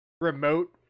remote